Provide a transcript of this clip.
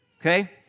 Okay